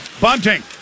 Bunting